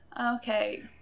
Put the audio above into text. Okay